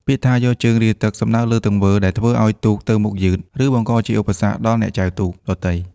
ពាក្យថា «យកជើងរាទឹក» សំដៅលើទង្វើដែលធ្វើឱ្យទូកទៅមុខយឺត ឬបង្កជាឧបសគ្គដល់អ្នកចែវដទៃ។